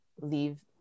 leave